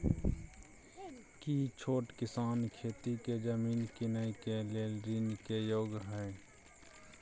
की छोट किसान खेती के जमीन कीनय के लेल ऋण के योग्य हय?